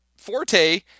Forte